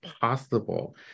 possible